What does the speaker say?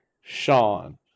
Sean